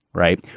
right.